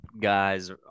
guys